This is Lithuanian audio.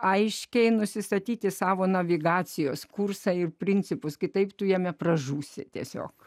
aiškiai nusistatyti savo navigacijos kursą ir principus kitaip tu jame pražūsi tiesiog